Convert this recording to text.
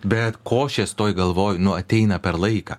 bet košės toj galvoj nu ateina per laiką